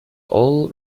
all